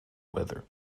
weather